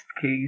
case